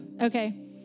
Okay